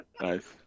Nice